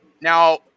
Now